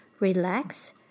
relax